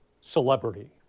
celebrity